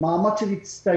כמו כן, מאמץ של הצטיידות.